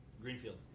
Greenfield